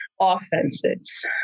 offenses